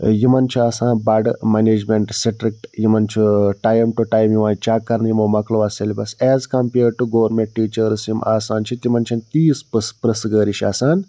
یِمَن چھُ آسان بَڈٕ منیجمٮ۪نٛٹ سِٹرِکٹ یِمَن چھُ ٹایم ٹُو ٹایم یِوان چیک کَرنہٕ یِمو مۄکلوا syllabus as compared to government teachers یِم آسان چھِ تِمَن چھِ نہٕ تیٖژ پٔژھ پِرٛژھٕگٲر ہِش آسان